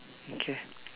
okay